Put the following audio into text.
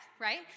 right